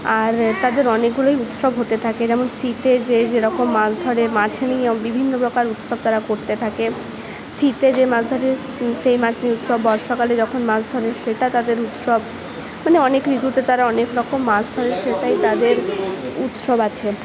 আর তাদের অনেকগুলোই উৎসব হতে থাকে যেমন শীতের যে যেরকম মাছ ধরে মাছ নিয়ে বিভিন্ন প্রকার উৎসব তারা করতে থাকে শীতে যে মাছ ধরে সেই মাছ নিয়ে উৎসব বর্ষাকালে যখন মাছ ধরে সেটা তাদের উৎসব মানে অনেক ঋতুতে তারা অনেক রকম মাছ ধরে সেটাই তাদের উৎসব আছে